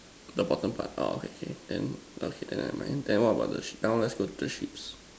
the bottom part orh okay okay then okay then I then what about the sheep now let's go to the sheeps